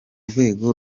rwego